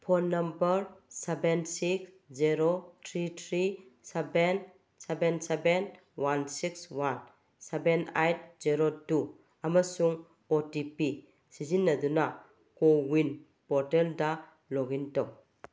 phone number seven six zero three three seven seven seven one six one seven eight zero two ꯑꯃꯁꯨꯡ O T P ꯁꯤꯖꯤꯟꯅꯗꯨꯅ CoWIN ꯄꯣꯔꯇꯦꯜꯗ log in ꯇꯧ